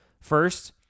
First